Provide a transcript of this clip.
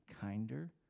kinder